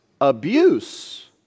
abuse